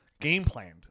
game-planned